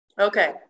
Okay